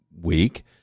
week